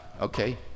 okay